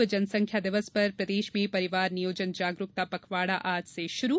विश्व जनसंख्या दिवस पर प्रदेश में परिवार नियोजन जागरुकता पखवाड़ा आज से शुरू